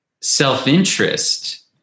self-interest